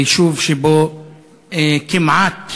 היישוב שכמעט